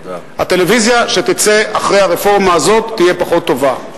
הטלוויזיה שתצא אחרי הרפורמה הזאת תהיה פחות טובה.